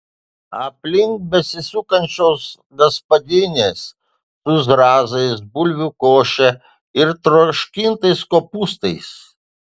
aplink besisukančios gaspadinės su zrazais bulvių koše ir troškintais kopūstais